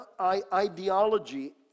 ideology